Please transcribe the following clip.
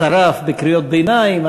שרף בקריאות ביניים,